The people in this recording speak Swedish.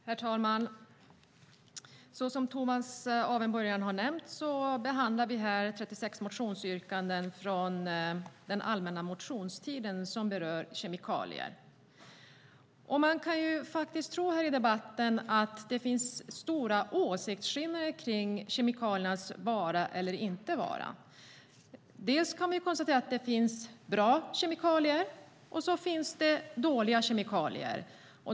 Herr talman! Som Tomas Avenborg redan har nämnt behandlar vi 36 motionsyrkanden från den allmänna motionstiden som berör kemikalier. Man kan av debatten tro att det finns stora åsiktsskillnader om kemikaliernas vara eller inte vara. Vi kan konstatera att det finns bra och dåliga kemikalier.